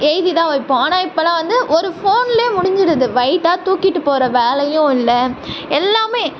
எழுதி தான் வைப்போம் ஆனால் இப்போல்லாம் வந்து ஒரு ஃபோன்ல முடிஞ்சிவிடுது வெயிட்டாக தூக்கிட்டு போகற வேலையும் இல்லை எல்லாமே